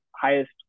highest